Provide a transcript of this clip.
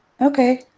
Okay